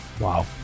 Wow